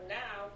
now